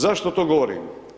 Zašto to govorim?